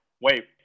wait